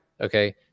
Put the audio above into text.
Okay